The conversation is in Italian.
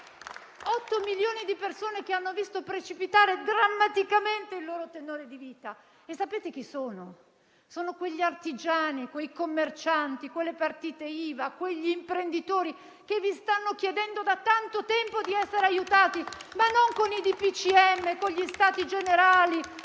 milioni di persone hanno visto precipitare drammaticamente il loro tenore di vita. E sapete chi sono? Gli artigiani e i commercianti, quelle partite IVA, quegli imprenditori, che vi stanno chiedendo da tanto tempo di essere aiutati, ma non con i DPCM, con gli Stati Generali,